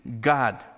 God